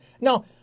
Now